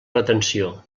retenció